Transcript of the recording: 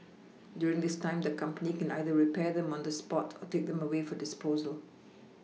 during this time the company can either repair them on the spot or take them away for disposal